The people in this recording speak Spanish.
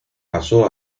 pasó